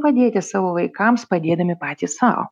padėti savo vaikams padėdami patys sau